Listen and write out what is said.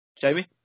jamie